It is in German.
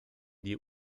die